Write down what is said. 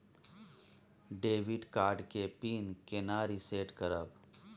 Debit card के PIN केना reset करब?